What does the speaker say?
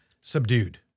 subdued